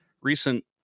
recent